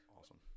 awesome